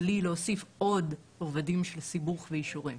בלי להוסיף עוד רבדים של סיבוך ואישורים.